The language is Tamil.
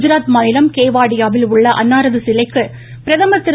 குஜராத் மாநிலம் கேவாடியாவில் உள்ள அன்னாரது சிலைக்கு பிரதமர் திரு